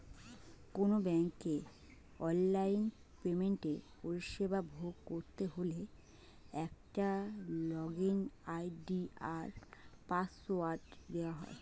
কোনো ব্যাংকের অনলাইন পেমেন্টের পরিষেবা ভোগ করতে হলে একটা লগইন আই.ডি আর পাসওয়ার্ড দেওয়া হয়